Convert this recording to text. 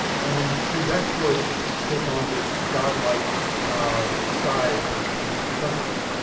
and his exploits take on this godlike ah size and in impressiveness.